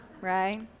Right